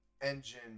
engine